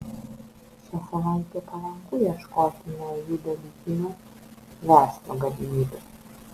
šią savaitę palanku ieškoti naujų dalykinių verslo galimybių